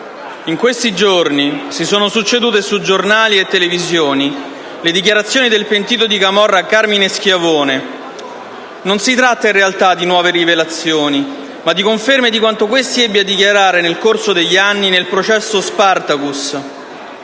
in questi giorni si sono succedute su giornali e televisioni le dichiarazioni del pentito di camorra Carmine Schiavone. In realtà, non si tratta di nuove rivelazioni, ma di conferme di quanto questi ebbe a dichiarare nel corso degli anni nel processo «Spartacus».